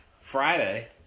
Friday